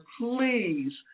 please